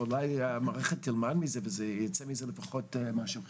אבל אולי המערכת תלמד מזה ויצא מזה לפחות משהו חיובי.